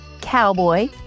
Cowboy